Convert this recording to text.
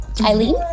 Eileen